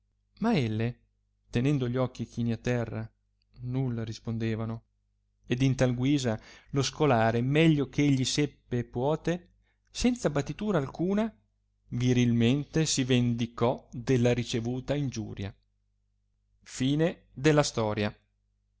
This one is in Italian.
ma elle tenendo gli occhi chini a terra nulla rispondevano ed in tal guisa lo scolare meglio che egli seppe e puote senza battitura alcuna virilmente si vendicò della ricevuta ingiuria